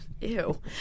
Ew